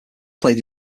played